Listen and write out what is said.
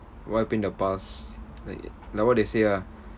what happen in the past like like what they say ah